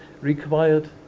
required